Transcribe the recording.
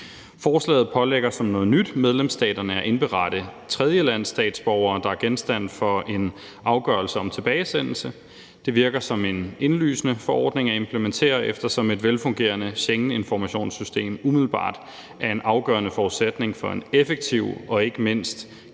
Forslaget pålægger som noget nyt medlemsstaterne at indberette tredjelandsstatsborgere, der er genstand for en afgørelse om tilbagesendelse. Det virker som en indlysende forordning at implementere, eftersom et velfungerende Schengeninformationssystem umiddelbart er en afgørende forudsætning for en effektiv og ikke mindst gennemsigtig